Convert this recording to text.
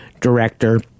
director